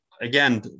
again